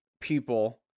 people